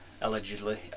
allegedly